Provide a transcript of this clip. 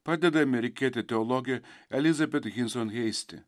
pradeda amerikietė teologė elizabet hinson heisti